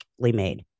made